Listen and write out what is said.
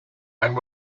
and